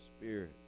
Spirit